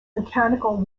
mechanical